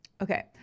Okay